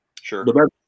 Sure